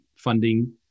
funding